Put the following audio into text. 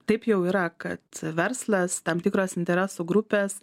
taip jau yra kad verslas tam tikros interesų grupės